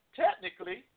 technically